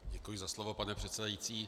Děkuji za slovo, pane předsedající.